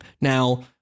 Now